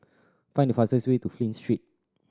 find the fastest way to Flint Street